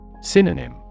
Synonym